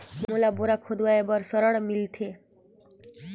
मोला बोरा खोदवाय बार ऋण मिलथे?